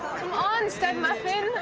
on, stud muffin.